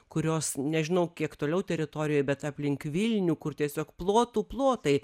kurios nežinau kiek toliau teritorijoj bet aplink vilnių kur tiesiog plotų plotai